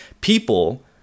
people